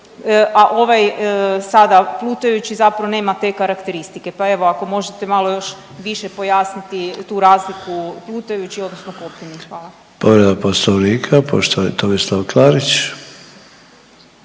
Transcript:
a ovaj sada plutajući zapravo nema te karakteristike, pa evo ako možete malo još više pojasniti tu razliku plutajući odnosno kopneni, hvala. **Sanader, Ante (HDZ)** Povreda poslovnika poštovani Tomislav Klarić.